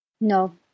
No